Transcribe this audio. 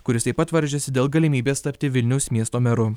kuris taip pat varžėsi dėl galimybės tapti vilniaus miesto meru